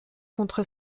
contre